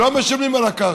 לא משלמים על הקרקע.